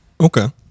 Okay